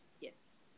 Yes